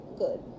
good